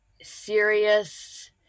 serious